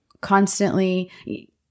constantly